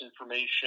information